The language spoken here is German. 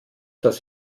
das